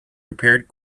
repaired